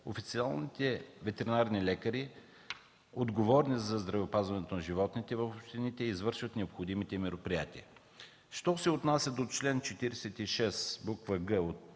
официалните ветеринарни лекари, отговорни за здравеопазването на животните в общините, извършват необходимите мероприятия. Що се отнася до чл. 46г, от ал.